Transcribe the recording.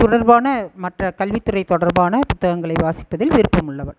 தொடர்பான மற்ற கல்வி துறை தொடர்பான புத்தகங்களை வாசிப்பதில் விருப்பம் உள்ளவள்